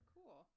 Cool